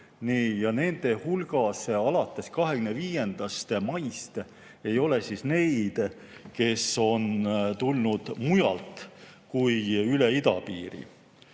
ja nende hulgas alates 25. maist ei ole neid, kes on tulnud mujalt, mitte üle idapiiri.